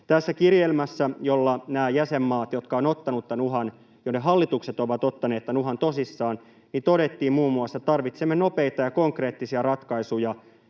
Tässä kirjelmässä nämä jäsenmaat, joiden hallitukset ovat ottaneet tämän uhan toisissaan, totesivat muun muassa: ”Tarvitsemme nopeita ja konkreettisia ratkaisuja